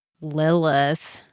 Lilith